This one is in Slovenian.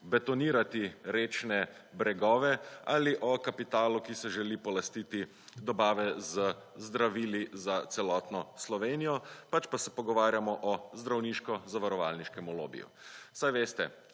betonirati rečne bregove ali o kapitalu, ki se želi polastiti dobave z zdravili za celotno Slovenijo, pač pa se pogovarjamo o zdravniško zavarovalniškem lobiju.